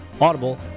Audible